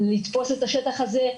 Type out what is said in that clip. לתפוס את השטח הזה,